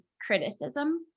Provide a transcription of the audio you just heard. criticism